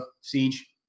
Siege